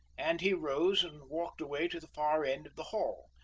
and he rose and walked away to the far end of the hall,